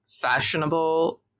fashionable